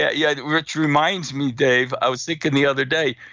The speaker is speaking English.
yeah yeah, which reminds me, dave, i was thinking the other day,